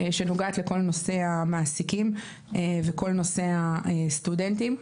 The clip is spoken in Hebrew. שנוגעת לכל נושא המעסיקים וכל נושא הסטודנטים.